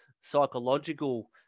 psychological